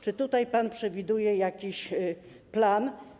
Czy tutaj pan przewiduje jakiś plan?